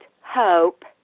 hope